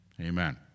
Amen